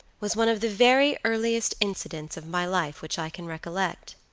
was one of the very earliest incidents of my life which i can recollect.